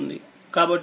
కాబట్టిఇక్కడ ఇదిV 25